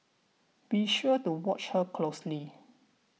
be sure to watch her closely